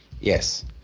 Yes